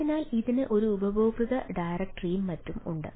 അതിനാൽ ഇതിന് ഒരു ഉപയോക്തൃ ഡയറക്ടറിയും മറ്റും ഉണ്ട്